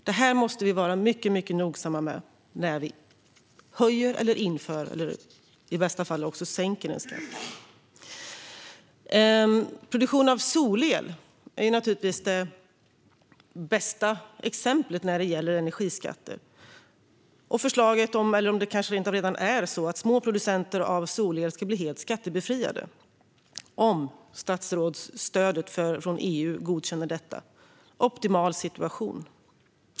Det måste vi vara mycket nogsamma med när vi höjer, inför eller i bästa fall också sänker en skatt. Produktion av solel är det bästa exemplet när det gäller energiskatter. Förslaget är - eller det kanske rent av redan är så - att små producenter av solel ska bli helt skattebefriade om det godkänns enligt EU:s statsstödsregler. Det är en optimal situation.